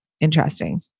interesting